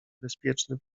bezpieczny